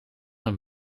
een